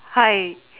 hi